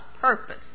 purpose